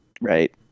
Right